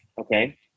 Okay